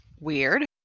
Weird